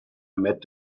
met